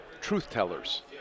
truth-tellers